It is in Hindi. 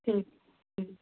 ठीक जी